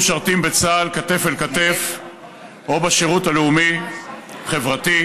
משרתים בצה"ל כתף אל כתף או בשירות הלאומי והחברתי.